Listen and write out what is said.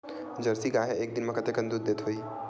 Jersey गाय ह एक दिन म कतेकन दूध देत होही?